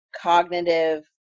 cognitive